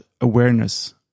awareness